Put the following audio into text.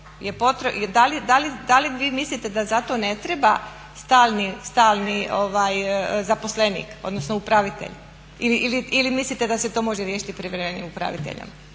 da li vi mislite da zato ne treba stalni zaposlenik odnosno upravitelj ili mislite da se to može riješiti privremenim upraviteljem?